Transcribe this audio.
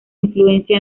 influencia